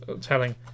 telling